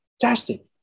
fantastic